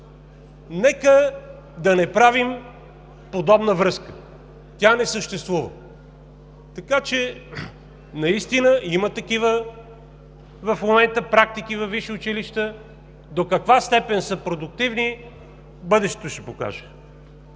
нека да не правим подобна връзка, тя не съществува. Така че наистина в момента има такива практики във висши училища, до каква степен са продуктивни, бъдещето ще покаже.